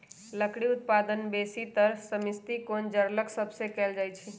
लकड़ी उत्पादन बेसीतर समशीतोष्ण जङगल सभ से कएल जाइ छइ